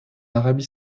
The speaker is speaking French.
arabie